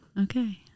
Okay